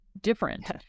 different